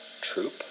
Troop